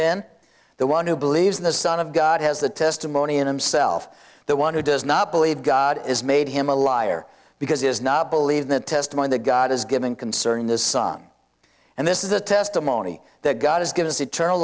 ten the one who believes in the son of god has the testimony in him self the one who does not believe god is made him a liar because is not believe the testimony that god has given concerning this song and this is the testimony that god has given us eternal